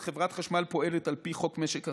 חברת חשמל פועלת על פי חוק משק החשמל,